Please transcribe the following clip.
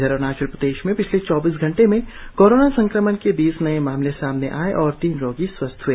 इधर अरुणाचल प्रदेश में पिछले चौबीस घंटे में कोरोना संक्रमण के बीस नए मामले सामने आए और तीन रोगी स्वस्थ हए